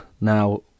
now